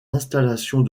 installations